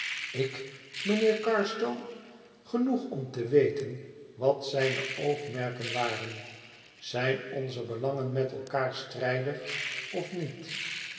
ik mijnheer carstone genoeg om te weten wat zijne oogmerken waren zijn onze belangen met elkander strijdig of niet